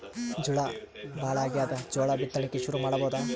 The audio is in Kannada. ಝಳಾ ಭಾಳಾಗ್ಯಾದ, ಜೋಳ ಬಿತ್ತಣಿಕಿ ಶುರು ಮಾಡಬೋದ?